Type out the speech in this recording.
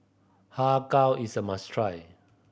Har Kow is a must try